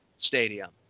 stadium